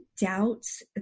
doubts